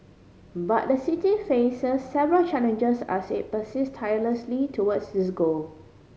but the city faces several challenges as it persist tirelessly towards this goal